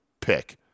pick